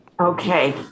Okay